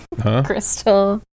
crystal